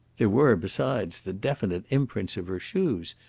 there were, besides, the definite imprints of her shoes,